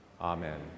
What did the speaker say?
Amen